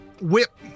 whip